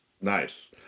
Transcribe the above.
Nice